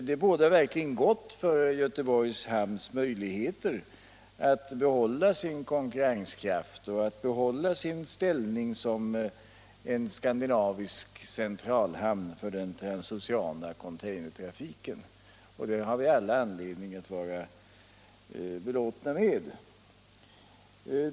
Det bådar verkligen gott för Göteborgs hamns möjligheter att behålla sin konkurrenskraft och sin ställning som en skandinavisk centralhamn för den transoceana containertrafiken. Det har vi all anledning att vara belåtna med.